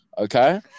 Okay